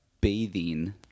bathing